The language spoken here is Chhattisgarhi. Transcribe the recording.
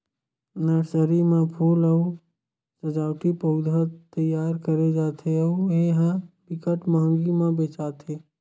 नरसरी म फूल अउ सजावटी पउधा तइयार करे जाथे अउ ए ह बिकट मंहगी म बेचाथे